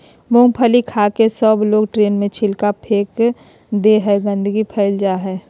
मूँगफली खाके सबलोग ट्रेन में छिलका फेक दे हई, गंदगी फैल जा हई